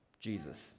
Jesus